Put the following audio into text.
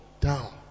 down